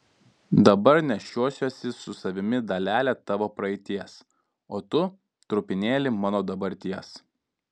dabar nešiosiuosi su savimi dalelę tavo praeities o tu trupinėlį mano dabarties